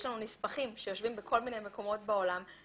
יש לנו נספחים שיושבים בכל מיני מקומות בעולם,